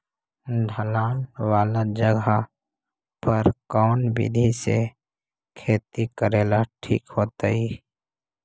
ढलान वाला जगह पर कौन विधी से खेती करेला ठिक होतइ?